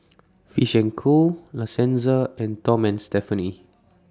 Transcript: Fish and Co La Senza and Tom and Stephanie